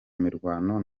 mirwano